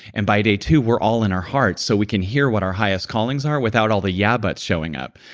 and by day two we're all in our hearts so we can hear what our highest callings are without all the yeah-buts showing up.